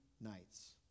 nights